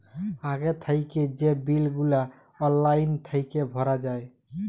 আগে থ্যাইকে যে বিল গুলা অললাইল থ্যাইকে ভরা যায়